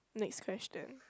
next question